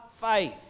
faith